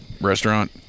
restaurant